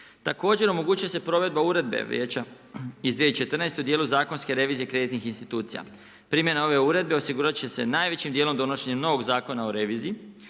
Također omogućuje se provedba uredba Vijeća iz 2014. o dijelu zakonske revizije kreditnih institucija. Primjena ove uredbe osigurati će se najvećim dijelom donošenje novog zakona o reviziji.